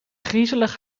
griezelig